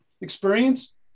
experience